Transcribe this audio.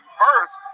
first